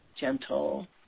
gentle